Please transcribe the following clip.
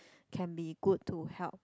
can be good to help